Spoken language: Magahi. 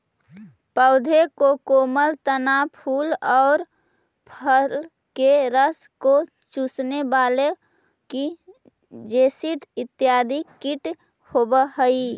पौधों के कोमल तना, फूल और फल के रस को चूसने वाले की जैसिड इत्यादि कीट होवअ हई